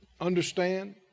understand